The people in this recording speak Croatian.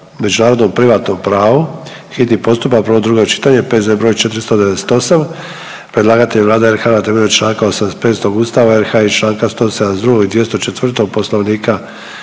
međunarodnom privatnom pravu, hitni postupak, prvo i drugo čitanje, P.Z. br. 498. Predlagatelj je Vlada RH na temelju čl. 85. Ustava RH i čl. 172. i 204. Poslovnika